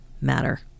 Matter